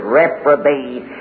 reprobate